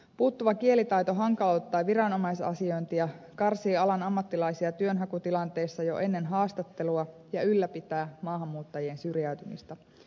puuttuva kielitaito hankaloittaa viranomais asiointia karsii alan ammattilaisia työnhakutilanteissa jo ennen haastattelua ja ylläpitää maahanmuuttajien syrjäytymistä